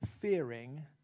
fearing